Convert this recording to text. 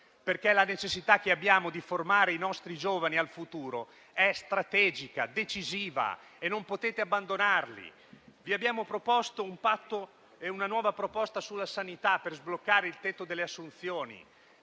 perché l'esigenza che abbiamo di formare i nostri giovani al futuro è strategica, decisiva e non potete abbandonarli. Vi abbiamo proposto un patto e una nuova proposta sulla sanità per sbloccare il tetto delle assunzioni,